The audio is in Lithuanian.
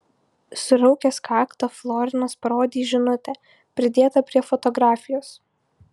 suraukęs kaktą florinas parodė į žinutę pridėtą prie fotografijos